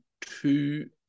two